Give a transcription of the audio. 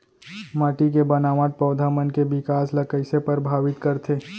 माटी के बनावट पौधा मन के बिकास ला कईसे परभावित करथे